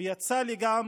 ויצא לי גם